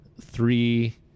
three